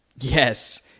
Yes